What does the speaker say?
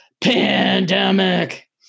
pandemic